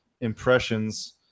impressions